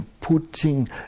putting